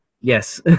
Yes